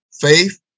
Faith